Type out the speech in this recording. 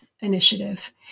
initiative